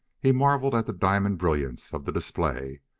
he marveled at the diamond brilliance of the display.